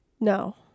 No